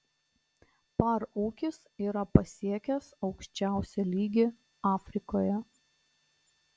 par ūkis yra pasiekęs aukščiausią lygį afrikoje